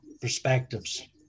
perspectives